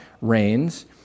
reigns